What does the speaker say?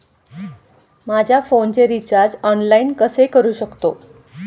माझ्या फोनचे recharge online कसे करू शकतो?